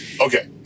Okay